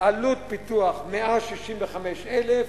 עלות פיתוח, 165,000,